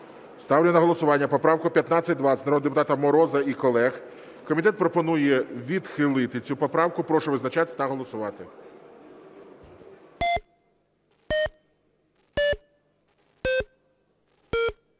Ставлю на голосування поправку 1520 народного депутата Мороза і колег. Комітет пропонує відхилити цю поправку. Прошу визначатися та голосувати.